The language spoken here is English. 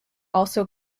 also